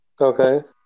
Okay